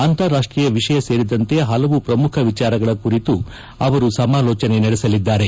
ಅಂತಾರಾಷ್ಷೀಯ ವಿಷಯ ಸೇರಿದಂತೆ ಹಲವು ಪ್ರಮುಖ ವಿಷಯಗಳ ಕುರಿತು ಅವರು ಸಮಾಲೋಚನೆ ನಡೆಸಲಿದ್ದಾರೆ